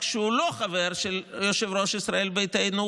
כשהוא לא חבר של יושב-ראש ישראל ביתנו,